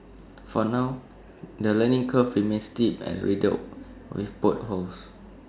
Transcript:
for now the learning curve remains steep and riddled with potholes